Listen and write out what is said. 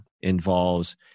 involves